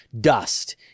dust